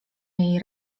jej